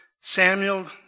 Samuel